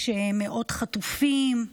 יש מאות חטופים,